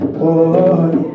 boy